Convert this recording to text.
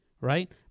right